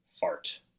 fart